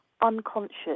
unconscious